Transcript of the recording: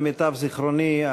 למיטב זיכרוני,